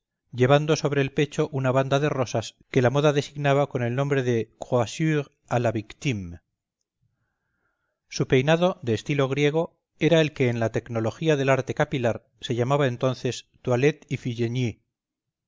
llevando sobre el pecho una banda de rosas que la moda designaba con el nombre de croissures á la victime su peinado de estilo griego era el que en la tecnología del arte capilar se llamaba entonces